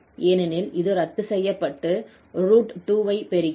ஏனெனில் இது ரத்து செய்யப்பட்டு 2 ஐ பெறுகிறோம்